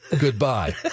Goodbye